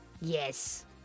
yes